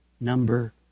number